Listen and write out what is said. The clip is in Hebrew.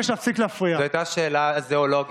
הראויות